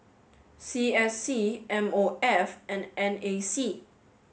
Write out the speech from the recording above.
C S C M O F and N A C